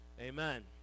Amen